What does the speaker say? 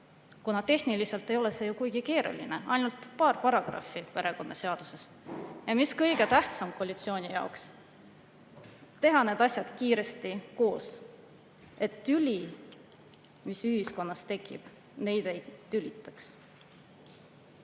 kuna tehniliselt ei ole see ju kuigi keeruline, ainult paar paragrahvi perekonnaseaduses. Ja mis kõige tähtsam koalitsiooni jaoks: tuleb teha need asjad kiiresti koos, et tüli, mis ühiskonnas tekib, neid ei tülitaks.